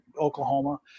Oklahoma